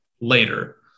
later